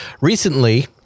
Recently